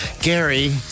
Gary